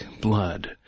blood